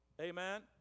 amen